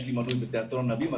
יש לי מנוי בתיאטרון הבימה,